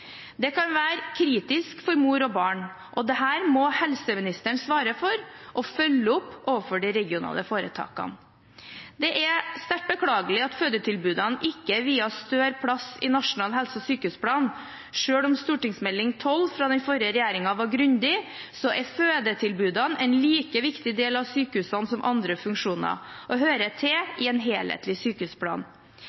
Det kan være kritisk for mor og barn, og dette må helseministeren svare for og følge opp overfor de regionale foretakene. Det er sterkt beklagelig at fødetilbudene ikke er viet større plass i Nasjonal helse- og sykehusplan. Selv om St.meld. nr. 12 for 2008–2009 fra den forrige regjeringen var grundig, er fødetilbudene en like viktig del av sykehusene som andre funksjoner, og de hører til